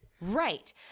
Right